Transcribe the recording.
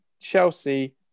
Chelsea